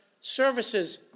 services